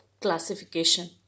classification